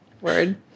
Word